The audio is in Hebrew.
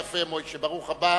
יפה מוישה, ברוך הבא